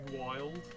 wild